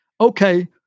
okay